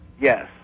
yes